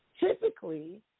Typically